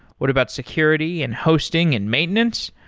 what about security and hosting and maintenance?